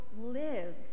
lives